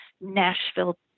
Nashville